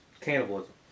cannibalism